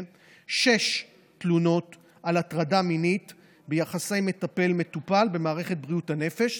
שש תלונות על הטרדה מינית ביחסי מטפל מטופל במערכת בריאות הנפש,